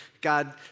God